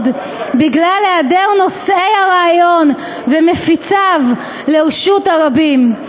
בגלל היעדר נושאי הרעיון ומפיציו לרשות הרבים.